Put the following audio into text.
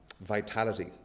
vitality